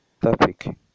topic